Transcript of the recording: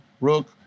rook